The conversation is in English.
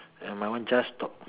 my one just stopped